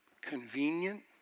convenient